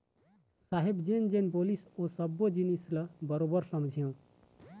साहेब जेन जेन बोलिस ओ सब्बो जिनिस ल बरोबर समझेंव